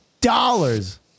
dollars